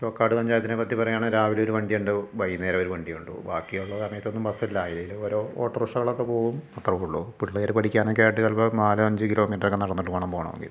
തോക്കാട് പഞ്ചായത്തിനെപ്പറ്റി പറയുവാണെൽ രാവിലെ ഒരു വണ്ടിയുണ്ടാവും വൈകുന്നേരം ഒരു വണ്ടിയുണ്ടാവും ബാക്കിയുള്ള സമയത്തൊന്നും ബസ്സില്ല അതിന് പകരം ഓട്ടോറിക്ഷകളൊക്കെ പോകും അത്രയും ഉള്ളു പിള്ളേര് പഠിക്കാനൊക്കെ ആയിട്ട് നാലോ അഞ്ചോ കിലോമീറ്റർ ഒക്കെ നടന്നിട്ട് വേണം പോകണമെങ്കിൽ